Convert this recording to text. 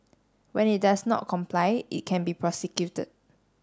when it does not comply it can be prosecuted